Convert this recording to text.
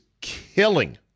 killing